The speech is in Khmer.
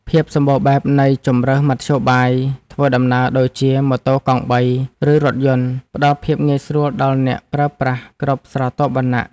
ភាពសម្បូរបែបនៃជម្រើសមធ្យោបាយធ្វើដំណើរដូចជា ម៉ូតូកង់បី ឬរថយន្ត ផ្ដល់ភាពងាយស្រួលដល់អ្នកប្រើប្រាស់គ្រប់ស្រទាប់វណ្ណៈ។